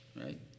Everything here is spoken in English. right